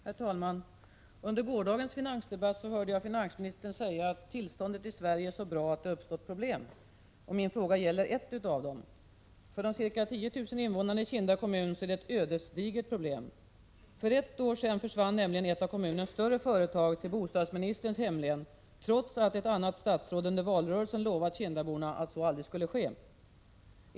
Herr talman! Under gårdagens finansdebatt hörde jag finansministern säga att tillståndet i Sverige är så bra att det har uppstått problem. Min fråga gäller eft av dem! För de ca 10 000 invånarna i Kinda kommun är det ett ödesdigert problem. För ett år sedan försvann ett av kommunens större företag till bostadsministerns hemlän, trots att ett annat statsråd under valrörelsen lovat kindaborna att så aldrig skulle ske.